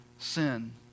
sin